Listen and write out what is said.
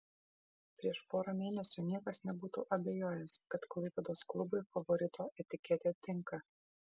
prieš porą mėnesių niekas nebūtų abejojęs kad klaipėdos klubui favorito etiketė tinka